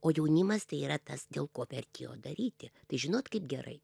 o jaunimas tai yra tas dėl ko vertėjo daryti tai žinot kaip gerai